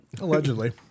allegedly